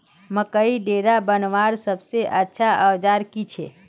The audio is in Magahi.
मकईर डेरा बनवार सबसे अच्छा औजार की छे?